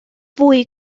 fwy